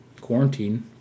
quarantine